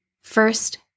First